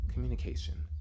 communication